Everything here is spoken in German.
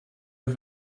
auf